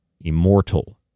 immortal